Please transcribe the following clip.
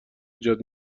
ایجاد